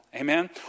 Amen